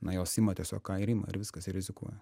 na jos ima tiesiog ką ir ima ir viskas ir rizikuoja